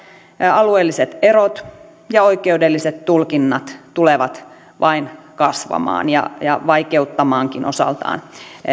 alueelliset erot ja oikeudelliset tulkinnat tulevat vain lisääntymään ja vaikeuttamaankin osaltaan